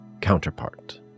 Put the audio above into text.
counterpart